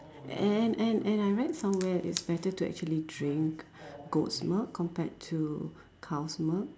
and and and I read somewhere it's better to actually drink goat's milk compared to cow's milk